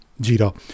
Jira